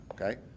okay